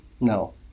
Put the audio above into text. No